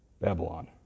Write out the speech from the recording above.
Babylon